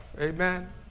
Amen